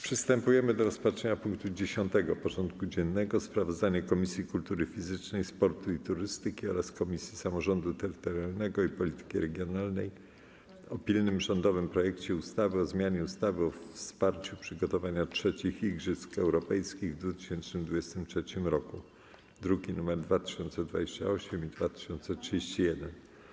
Przystępujemy do rozpatrzenia punktu 10. porządku dziennego: Sprawozdanie Komisji Kultury Fizycznej, Sportu i Turystyki oraz Komisji Samorządu Terytorialnego i Polityki Regionalnej o pilnym rządowym projekcie ustawy o zmianie ustawy o wsparciu przygotowania III Igrzysk Europejskich w 2023 roku (druki nr 2028 i 2031)